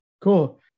Cool